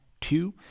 Two